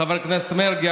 חבר הכנסת מרגי,